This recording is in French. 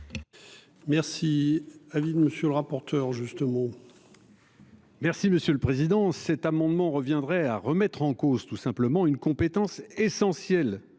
Merci à Lille. Monsieur le rapporteur, justement. Merci, monsieur le Président, cet amendement reviendrait à remettre en cause tout simplement une compétence essentielle